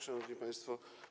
Szanowni Państwo!